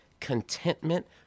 Contentment